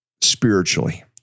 spiritually